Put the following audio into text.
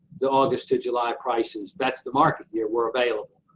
the august to july prices, that's the market year were available.